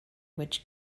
which